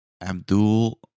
Abdul